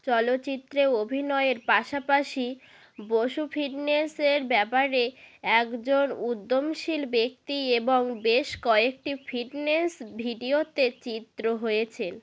চলচ্চিত্রে অভিনয়ের পাশাপাশি বসু ফিটনেসের ব্যাপারে একজন উদ্যমশীল ব্যক্তি এবং বেশ কয়েকটি ফিটনেস ভিডিওতে চিত্র হয়েছেন